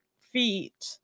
feet